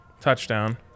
Touchdown